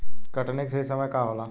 कटनी के सही समय का होला?